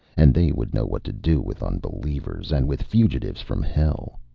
and they would know what to do with unbelievers, and with fugitives from hell.